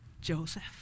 Joseph